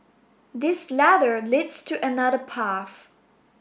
this ladder leads to another path